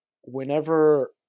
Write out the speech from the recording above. Whenever